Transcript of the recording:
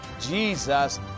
Jesus